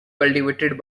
cultivated